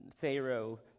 Pharaoh